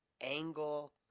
angle